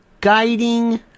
guiding